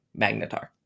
magnetar